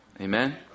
Amen